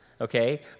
Okay